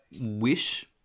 wish